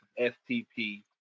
STP